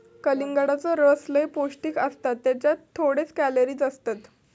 कलिंगडाचो रस लय पौंष्टिक असता त्येच्यात थोडेच कॅलरीज असतत